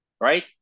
right